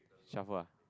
shuffle ah